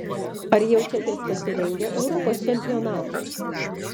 ar jaučiatės pasirengę europos čempionatui